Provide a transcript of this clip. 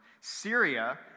Syria